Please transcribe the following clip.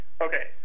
Okay